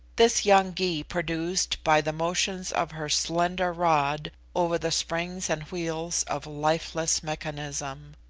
this young gy produced by the motions of her slender rod over the springs and wheels of lifeless mechanism.